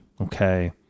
okay